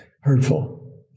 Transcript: hurtful